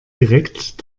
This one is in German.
direkt